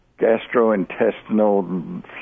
gastrointestinal